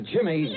Jimmy